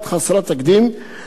גם מבחינה תקשורתית